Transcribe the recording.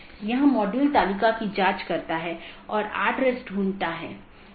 BGP को एक एकल AS के भीतर सभी वक्ताओं की आवश्यकता होती है जिन्होंने IGBP कनेक्शनों को पूरी तरह से ठीक कर लिया है